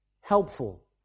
helpful